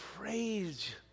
praise